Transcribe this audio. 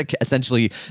essentially